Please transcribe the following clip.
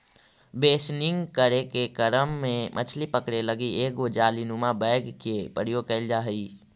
बेसनिंग करे के क्रम में मछली पकड़े लगी एगो जालीनुमा बैग के प्रयोग कैल जा हइ